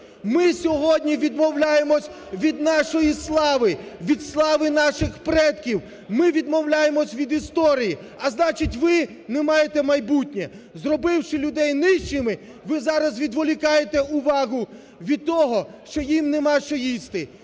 Ми сьогодні відмовляємось від нашої слави, від слави наших предків, ми відмовляємось від історії, а значить ви не маєте майбутнє. Зробивши людей нищими ви зараз відволікаєте увагу від того, що їм немає що їсти.